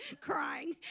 crying